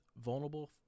vulnerable